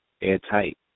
airtight